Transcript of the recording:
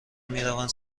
میروند